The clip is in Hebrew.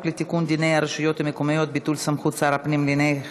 לתיקון דיני הרשויות המקומיות (ביטול סמכות שר הפנים לעניין